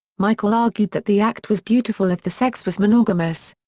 michael argued that the act was beautiful if the sex was monogamous.